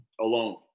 alone